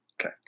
Okay